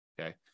Okay